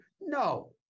No